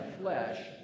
flesh